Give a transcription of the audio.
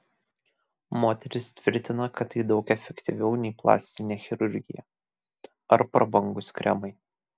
moteris tvirtina kad tai daug efektyviau nei plastinė chirurgija ar prabangūs kremai